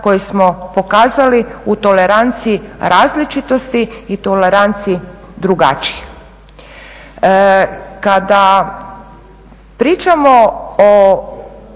koji smo pokazali u toleranciji različitosti i toleranciji drugačije. Kada pričamo o